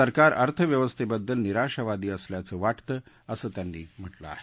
सरकार अर्थव्यवस्थेबद्दल निराशावादी असल्याचं वाटतं असं त्यांनी म्हटलं आहे